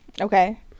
okay